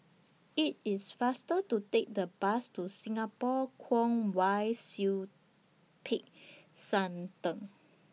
IT IS faster to Take The Bus to Singapore Kwong Wai Siew Peck San Theng